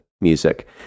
music